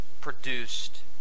produced